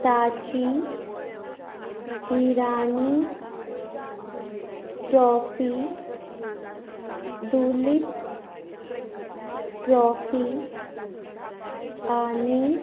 ताची Irani Trophy Duleep Trophy आनी